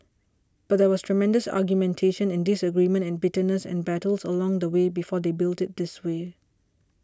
but there was tremendous argumentation and disagreement and bitterness and battles along the way before they built it this way